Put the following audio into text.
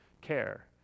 care